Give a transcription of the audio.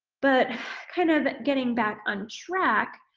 but kind of getting back on track,